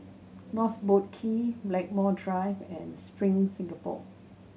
North Boat Quay Blackmore Drive and Spring Singapore